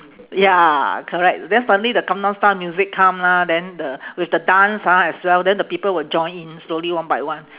ya correct then suddenly the gangnam style music come lah then the with the dance ah as well then the people will join in slowly one by one